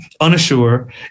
unassured